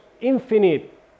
infinite